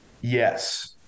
Yes